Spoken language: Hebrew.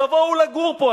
תבואו לגור פה.